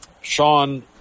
Sean